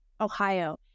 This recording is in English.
Ohio